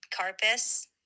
carpus